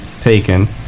taken